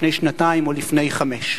לפני שנתיים או לפני חמש שנים.